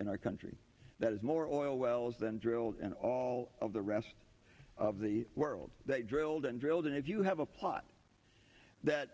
in our country that is more oil wells than drilled in all of the rest of the world that drilled and drilled and if you have a plot that